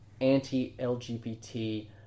anti-LGBT